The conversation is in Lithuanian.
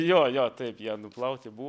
jo jo taip ją nuplauti buvo